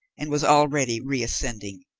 and was already reascending.